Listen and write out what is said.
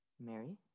Mary